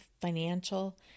financial